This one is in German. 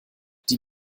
die